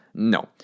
No